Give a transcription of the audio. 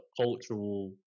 cultural